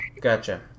Gotcha